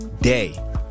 day